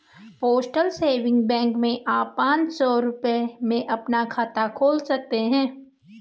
postal saving bank में आप पांच सौ रूपये में अपना खाता खोल सकते हैं